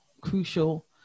crucial